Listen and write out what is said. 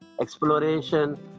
exploration